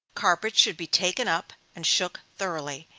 carpets should be taken up and shook thoroughly,